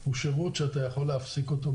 אלא שבחוק האמריקאי יש למעלה מעשרה חריגים,